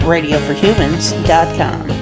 Radioforhumans.com